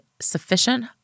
sufficient